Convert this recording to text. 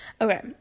Okay